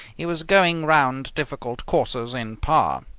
he was going round difficult courses in par.